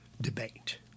debate